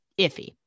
iffy